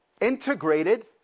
integrated